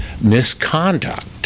misconduct